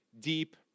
deep